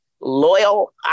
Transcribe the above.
loyal